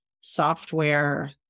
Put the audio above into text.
software